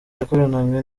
yakoranaga